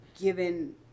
given